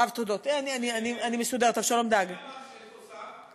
רב תודות, אני מסודרת, מי אמר שאין פה שר?